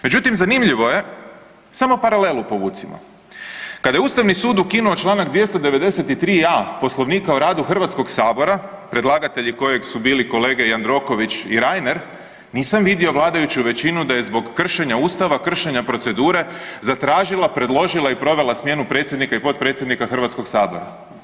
Međutim, zanimljivo je, samo paralelu povucimo, kad je Ustavni sud ukinuo čl. 293a Poslovnika o radu Hrvatskoga sabora, predlagatelji kojeg su bili kolega Jandroković i Reiner, nisam vidio vladajuću većinu da je zbog kršenja Ustava, kršenja procedure zatražila, predložila i provela smjenu predsjednika i potpredsjednika Hrvatskog sabora.